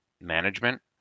management